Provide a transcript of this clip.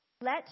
Let